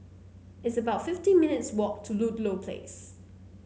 it's about fifty minutes' walk to Ludlow Place